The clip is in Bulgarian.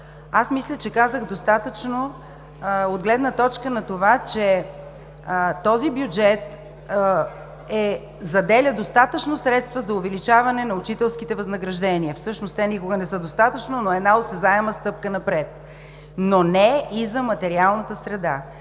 Мисля, че казах достатъчно от гледна точка на това, че този бюджет заделя достатъчно средства за увеличаване на учителските възнаграждения – всъщност те никога не са достатъчно, но една осезаема стъпка напред, но не и за материалната среда.